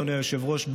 אדוני היושב-ראש.